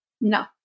No